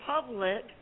public